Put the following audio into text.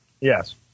Yes